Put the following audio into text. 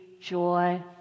joy